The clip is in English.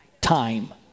Time